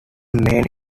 main